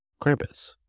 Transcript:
Krampus